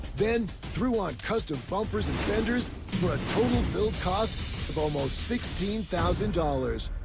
then through ah custom bumpers and fenders for a total build cost of almost sixteen thousand dollars.